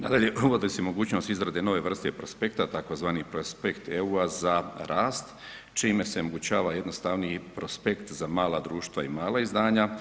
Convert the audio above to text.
Nadalje, uvodi se mogućnost izrade nove vrste prospekta tzv. prospekt EU-a za rast čime se omogućava jednostavniji prospekt za mala društva i mala izdanja.